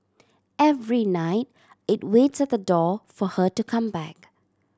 every night it waits at the door for her to come back